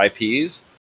IPs